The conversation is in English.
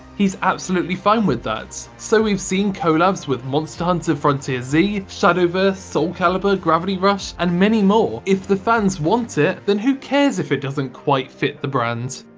he's absolutely fine with that. so we've seen collabs with monster hunter frontier z, shadowverse, soul calibur, gravity rush, and many more. if fans want it, then who cares if it doesn't quite fit the brand?